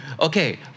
Okay